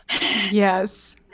Yes